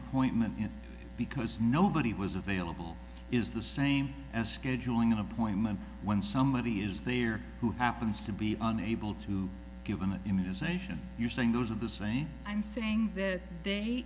appointment and because nobody was available is the same as scheduling an appointment when somebody is there who happens to be unable to give an immunization you're saying those are the same i'm saying that they